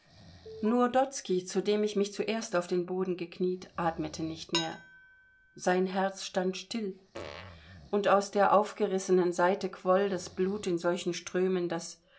nur dotzky zu dem ich mich zuerst auf den boden gekniet atmete nicht mehr sein herz stand still und aus der aufgerissenen seite quoll das blut in solchen strömen daß